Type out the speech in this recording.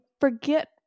forget